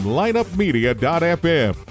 lineupmedia.fm